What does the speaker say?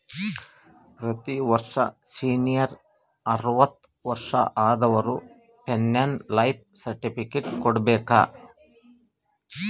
ಪ್ರತಿ ವರ್ಷ ಸೀನಿಯರ್ ಅರ್ವತ್ ವರ್ಷಾ ಆದವರು ಪೆನ್ಶನ್ ಲೈಫ್ ಸರ್ಟಿಫಿಕೇಟ್ ಕೊಡ್ಬೇಕ